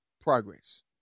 progress